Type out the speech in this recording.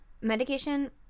medication